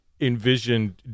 envisioned